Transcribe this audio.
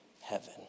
heaven